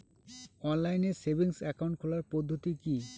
Online savings account খোলার পদ্ধতি কি?